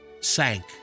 sank